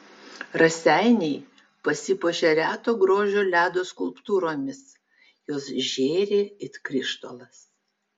raseiniai pasipuošė reto grožio ledo skulptūromis jos žėri it krištolas